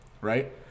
right